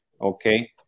okay